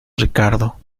ricardo